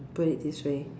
put it this way